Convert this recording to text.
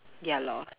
ya lor